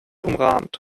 umrahmt